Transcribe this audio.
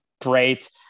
great